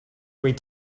wait